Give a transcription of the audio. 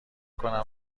کنم